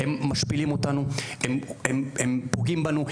הם משפילים אותנו, הם פוגעים בנו.